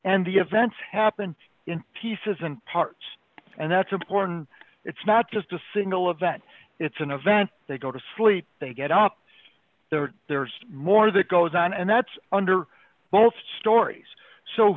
and the events happened in pieces and parts and that's important it's not just a single event it's an event they go to sleep they get up there there's more that goes on and that's under both stories so